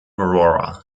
aurora